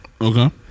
Okay